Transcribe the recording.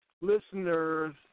listeners